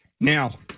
Now